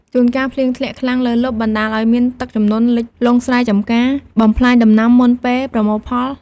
ជួនកាលភ្លៀងធ្លាក់ខ្លាំងលើសលប់ បណ្ដាលឱ្យមានទឹកជំនន់លិចលង់ស្រែចម្ការ បំផ្លាញដំណាំមុនពេលប្រមូលផល។